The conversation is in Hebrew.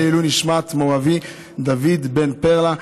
שתהיה לעילוי נשמת מור אבי דוד בן פרלה,